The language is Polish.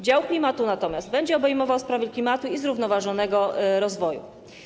Dział klimat natomiast będzie obejmował sprawy klimatu i zrównoważonego rozwoju.